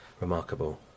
remarkable